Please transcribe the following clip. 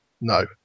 No